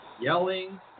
yelling